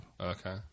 okay